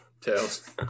Tails